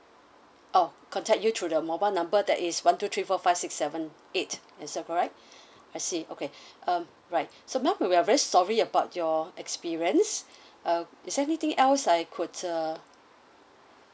oh contact you through the mobile number that is one two three four five six seven eight is that correct I see okay um right so madam we are very sorry about your experience uh is there anything else I could uh